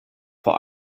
vor